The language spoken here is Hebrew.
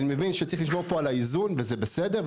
אני מבין שצריך לשמור פה על האיזון וזה בסדר.